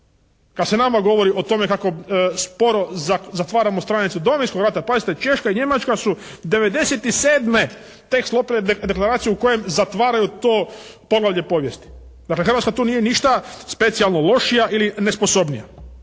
… nama govori o tome kako sporo zatvaramo stranicu Domovinskog rata. Pazite, češka i Njemačka su '97. tek sklopile deklaraciju u kojoj zatvaraju to poglavlje povijesti. Dakle Hrvatska tu nije ništa specijalno lošija ili nesposobnija.